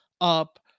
up